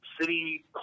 city